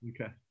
Okay